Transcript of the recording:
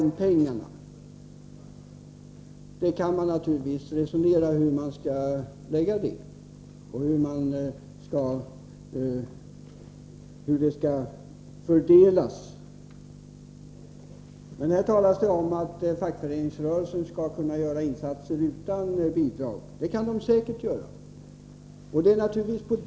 Man kan naturligtvis resonera om hur man skall placera pengarna och hur de skall fördelas. Här talas det om att fackföreningsrörelsen skulle kunna göra insatser utan bidrag, och det kan den säkert göra.